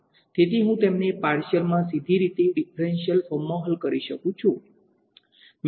તેથી હું તેમને પાર્શીયલમા સીધી રીતે ડીફરંશીયલ ફોર્મમાં હલ કરી શકું છું